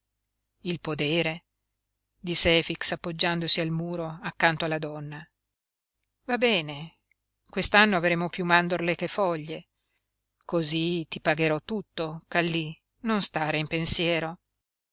il podere disse efix appoggiandosi al muro accanto alla donna va bene quest'anno avremo piú mandorle che foglie cosí ti pagherò tutto kallí non stare in pensiero